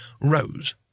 rose